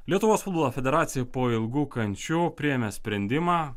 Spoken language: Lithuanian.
lietuvos futbolo federacija po ilgų kančių priėmė sprendimą